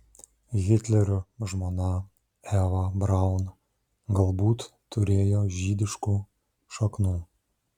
hitlerio žmona eva braun galbūt turėjo žydiškų šaknų